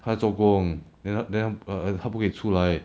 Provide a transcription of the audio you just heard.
他做工 then then err 他不可以出来